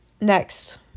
next